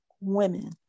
women